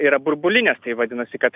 yra burbulinės tai vadinasi kad